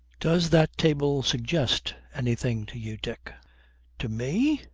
does that table suggest anything to you, dick to me?